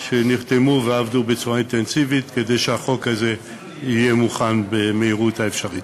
שנרתמו ועבדו בצורה אינטנסיבית כדי שחוק הזה יהיה מוכן במהירות האפשרית.